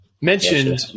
Mentioned